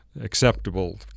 acceptable